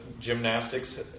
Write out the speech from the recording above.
gymnastics